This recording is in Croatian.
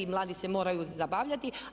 Mladi se moraju zabavljati.